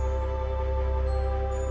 oh